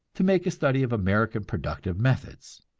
to make a study of american productive methods.